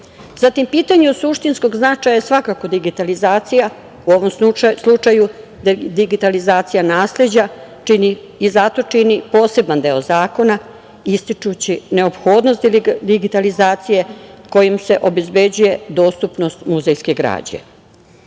pitanje od suštinskog značaja svakako je digitalizacija, u ovom slučaju digitalizacija nasleđa i zato čini poseban deo zakona ističući neophodnost digitalizacije kojim se obezbeđuje dostupnost muzejske